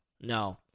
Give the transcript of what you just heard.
No